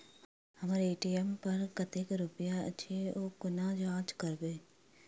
हम्मर ए.टी.एम पर कतेक रुपया अछि, ओ कोना जाँच करबै?